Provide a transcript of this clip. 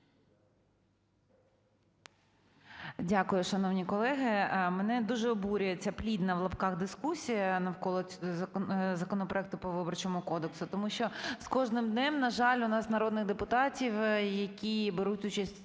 Дякую, шановні колеги. Мене дуже обурює ця "плідна" (в лапках) дискусія навколо законопроекту по Виборчому кодексу. Тому що з кожним днем, на жаль, у нас народних депутатів, які беруть участь у дискусії,